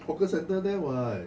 hawker center there what